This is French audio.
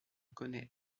connaît